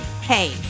Hey